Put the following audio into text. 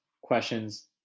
questions